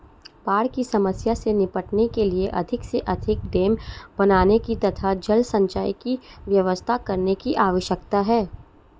बाढ़ की समस्या से निपटने के लिए अधिक से अधिक डेम बनाने की तथा जल संचय की व्यवस्था करने की आवश्यकता है